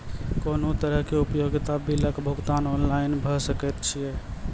कुनू तरहक उपयोगिता बिलक भुगतान ऑनलाइन भऽ सकैत छै?